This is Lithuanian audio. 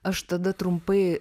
aš tada trumpai